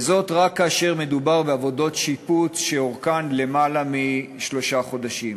וזאת רק כאשר מדובר בעבודות שיפוץ שאורכות למעלה משלושה חודשים.